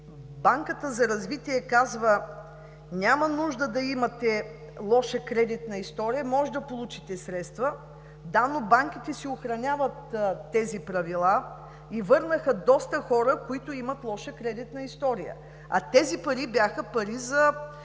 Банката за развитие казва: „Няма нужда да имате лоша кредитна история, можете да получите средства.“ Да, но банките си спазват тези правила и върнаха доста хора, които имат лоша кредитна история, а тези пари бяха, за